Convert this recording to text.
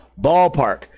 ballpark